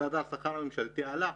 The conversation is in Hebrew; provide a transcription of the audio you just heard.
מדד השכר הממשלתי עלה.